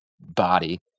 body